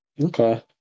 Okay